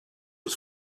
was